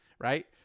Right